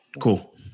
Cool